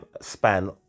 span